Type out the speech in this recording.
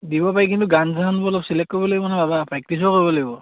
দিব পাৰি কিন্তু গান চানবোৰ অলপ ছিলেক্ট কৰিব লাগিব নহয় প্ৰেক্টিচো কৰিব লাগিব